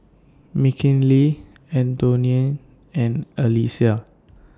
Mckinley Antione and Alesia